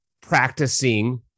practicing